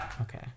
Okay